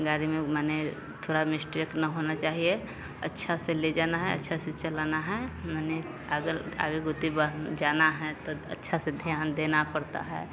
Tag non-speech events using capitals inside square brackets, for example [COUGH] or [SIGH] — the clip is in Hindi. गाड़ी में माने थोड़ा मिस्टेक न होना चाहिए अच्छे से ले जाना है अच्छे से चलाना है माने अगर अगर [UNINTELLIGIBLE] जाना है तो अच्छे से ध्यान देना पड़ता है